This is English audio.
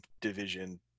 division